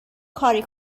کاری